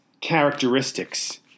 characteristics